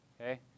okay